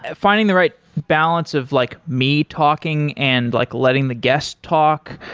ah finding the right balance of like me talking and like letting the guest talk,